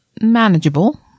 manageable